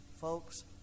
Folks